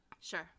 Sure